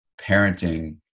parenting